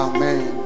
Amen